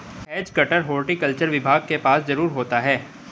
has cutter horticulture विभाग के पास जरूर होता है